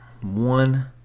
one